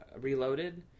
Reloaded